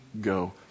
go